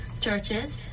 churches